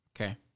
Okay